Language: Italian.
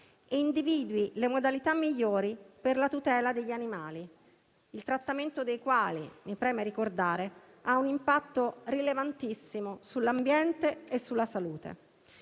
e individui le modalità migliori per la tutela degli animali, il trattamento dei quali - mi preme ricordare - ha un impatto rilevantissimo sull'ambiente e sulla salute.